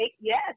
yes